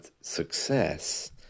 success